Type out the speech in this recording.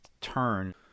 turn